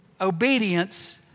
obedience